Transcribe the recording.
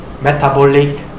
metabolic